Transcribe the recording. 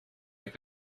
have